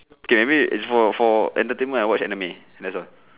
okay maybe if for for entertainment I watch anime that's all